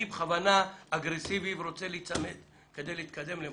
אני בכוונה אגרסיבי כדי להתקדם למשהו.